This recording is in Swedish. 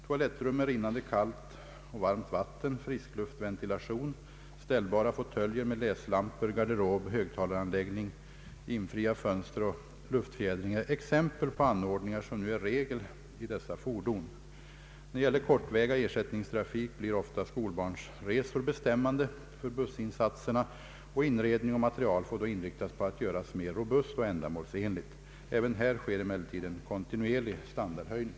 Toalettrum med rinnande kallt och varmt vatten, friskluftventilation, ställbara fåtöljer med läslampor, garderob, högtalaranläggning, imfria fönster och luftfjädring är exempel på anordningar som nu är regel i dessa fordon. När det gäller kortväga ersättningstrafik blir ofta skolbarnsresor bestämmande för bussinsatserna, och inredning och materiel får då inriktas på att göras mer robust och ändamålsenliga. Även här sker emellertid en kontinuerlig standardhöjning.